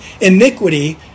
Iniquity